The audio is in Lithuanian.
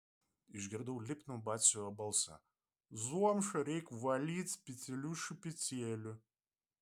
išgirdau lipnų batsiuvio balsą zomšą reikia valyti specialiu šepetėliu